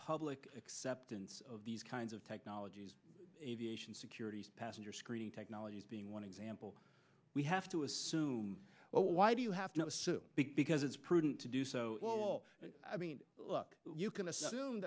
public acceptance of these kinds of technologies aviation security passenger screening technologies being one example we have to assume why do you have to have a big because it's prudent to do so i mean look you can assume